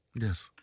Yes